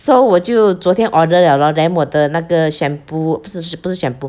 so 我就昨天 order liao lor then 我的那个 shampoo 不是不是 shampoo